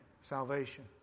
salvation